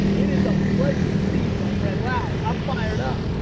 it is a pleasure to see you, my friend. wow, i'm fired up!